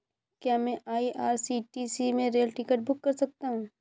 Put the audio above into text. क्या मैं आई.आर.सी.टी.सी से रेल टिकट बुक कर सकता हूँ?